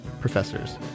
Professors